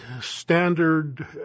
standard